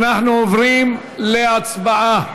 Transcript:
אנחנו עוברים להצבעה.